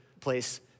place